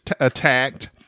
attacked